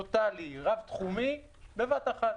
טוטלי, רב-תחומי בבת-אחת.